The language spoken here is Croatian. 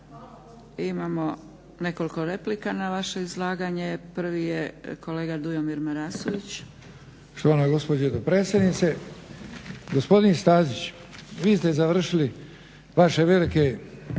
Imamo nekoliko replika na vaše izlaganje. Prvi je kolega Dujomir Marasović. **Marasović, Dujomir (HDZ)** Štovana gospođo dopredsjednice. Gospodin Stazić, vi ste završili vaše velike